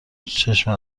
چشم